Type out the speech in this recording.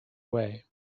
way